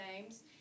names